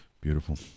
beautiful